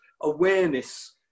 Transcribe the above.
awareness